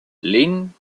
lynn